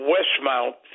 Westmount